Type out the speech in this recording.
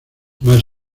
más